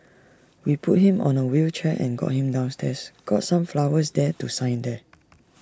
we put him on A wheelchair and got him downstairs got some flowers there to sign there